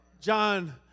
John